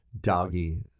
doggy